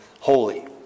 holy